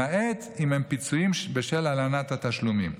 למעט אם הם פיצויים בשל הלנת התשלומים.